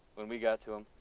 we got to um